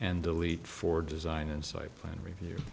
and delete for design and site plan review